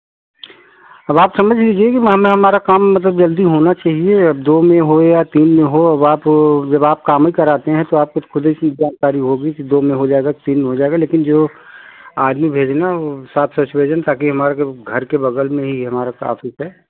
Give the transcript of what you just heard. अब आप समझ लीजिए कि हमें हमारा काम मतलब जल्दी होना चाहिए अब दो में हो या तीन में हो अब आप जब आप काम ही कराते हैं तो आपको खुद ही जानकारी होगी कि दो में हो जाएगा तीन में हो जाएगा लेकिन जो आदमी भेजना वह साफ़ स्वच्छ भेजना ताकि हमारा घर के बगल में ही हमारा तो आफिस है